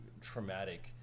traumatic